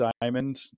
diamond